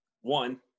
one